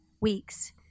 weeks